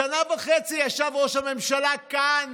חבר הכנסת מיקי לוי,